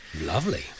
lovely